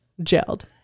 gelled